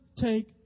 take